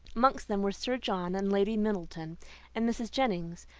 amongst them were sir john and lady middleton and mrs. jennings,